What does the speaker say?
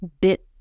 bit